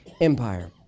Empire